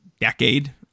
decade